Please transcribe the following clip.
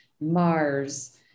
mars